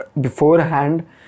beforehand